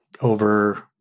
over